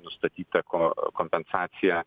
nustatyta ko kompensacija